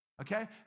okay